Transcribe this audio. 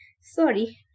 Sorry